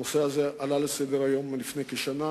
הנושא הזה עלה לסדר-היום לפני כשנה,